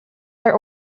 are